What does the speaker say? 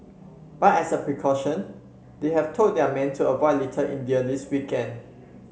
but as a precaution they have told their men to avoid Little India this weekend